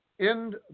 End